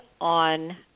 on